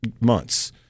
months